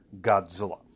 Godzilla